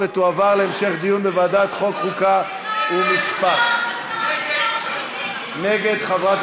חוק ומשפט נתקבלה.